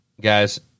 guys